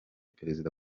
perezida